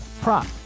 prop